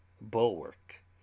Bulwark